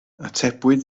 atebwyd